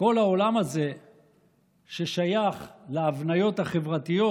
שכל העולם הזה ששייך להבניות החברתיות